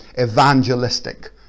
evangelistic